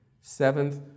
Seventh